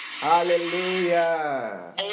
Hallelujah